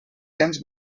cents